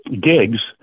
gigs